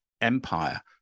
empire